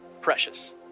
precious